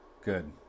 good